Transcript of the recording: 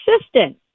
assistant